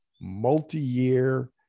multi-year